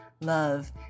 love